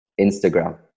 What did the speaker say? Instagram